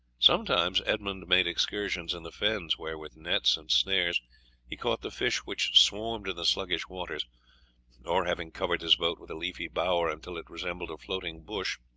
sometimes edmund made excursions in the fens, where with nets and snares he caught the fish which swarmed in the sluggish waters or, having covered his boat with a leafy bower until it resembled a floating bush,